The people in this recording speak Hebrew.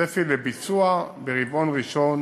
והצפי לביצוע הוא ברבעון הראשון